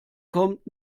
kommt